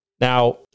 Now